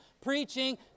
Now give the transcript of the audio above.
preaching